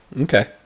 Okay